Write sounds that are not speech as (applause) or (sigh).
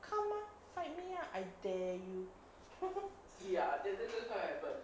come ah fight me ah I dare you (laughs)